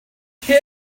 him